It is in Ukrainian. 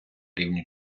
рівні